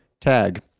tag